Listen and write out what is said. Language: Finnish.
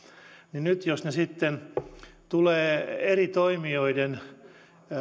niin nyt jos ne sitten tulevat eri toimijoiden